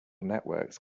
networks